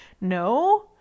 No